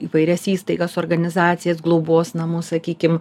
įvairias įstaigas organizacijas globos namus sakykim